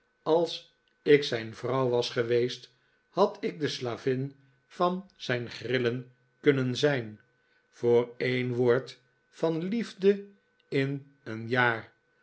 als ik zijn vrouw was geweest had ik de slavin van zijn grildavid copperfield len kunnen zijn voor een woord van liefde in een jaar